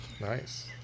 Nice